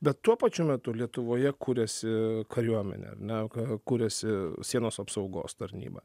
bet tuo pačiu metu lietuvoje kuriasi kariuomenė ar ne kuriasi sienos apsaugos tarnyba